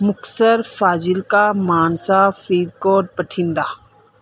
Muktsar Fazilka Mansa Faridkot Bathinda